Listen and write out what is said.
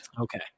Okay